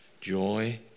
joy